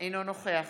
אינו נוכח